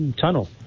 tunnel